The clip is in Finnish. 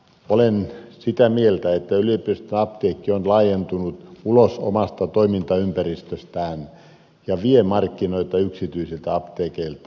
olen sitä mieltä että yliopiston apteekki on laajentunut ulos omasta toimintaympäristöstään ja vie markkinoita yksityisiltä apteekeilta